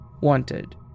wanted